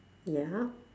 ya